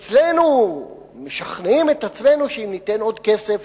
אצלנו משכנעים את עצמנו שאם ניתן עוד כסף,